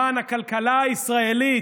למען הכלכלה הישראלית,